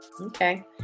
Okay